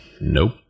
Nope